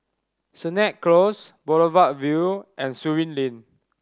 Sennett Close Boulevard Vue and Surin Lane